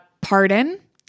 pardon